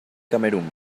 camerún